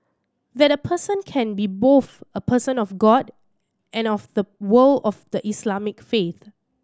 that a person can be both a person of God and of the world of the Islamic faith